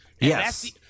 Yes